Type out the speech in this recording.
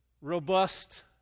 Robust